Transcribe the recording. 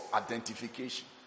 identification